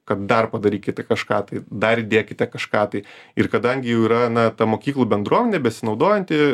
kad dar padarykite kažką tai dar įdėkite kažką tai ir kadangi jau yra na ta mokyklų bendruomenė besinaudojanti